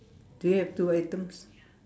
do you have two items